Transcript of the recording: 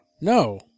No